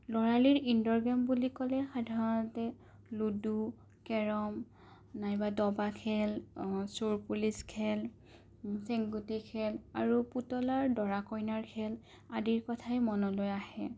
ল'ৰালিৰ ইন'ডৰ গেম বুলি ক'লে সাধাৰণতে লুডু কেৰম নাইবা দবা খেল চোৰ পুলিচ খেল চেং গুটি আৰু পুতলাৰ দৰা কইনাৰ খেল আদিৰ কথাই মনলৈ আহে